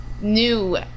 new